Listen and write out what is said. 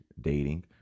dating